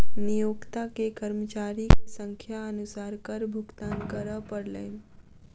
नियोक्ता के कर्मचारी के संख्या अनुसार कर भुगतान करअ पड़लैन